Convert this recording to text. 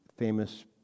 Famous